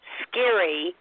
scary